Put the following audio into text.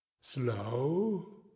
Slow